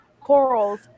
corals